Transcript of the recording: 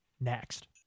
next